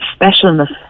specialness